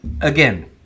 again